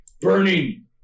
burning